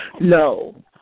No